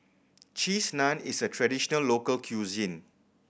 Cheese Naan is a traditional local cuisine